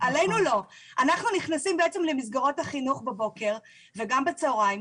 אנחנו נכנסים למסגרות החינוך בבוקר וגם בצהריים,